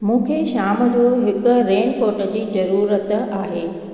मूंखे शाम जो हिकु रेनकोट जी ज़रूरत आहे